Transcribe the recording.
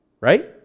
Right